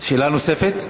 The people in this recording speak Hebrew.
שאלה נוספת?